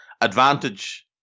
advantage